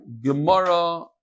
Gemara